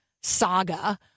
saga